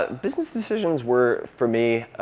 ah business decisions were for me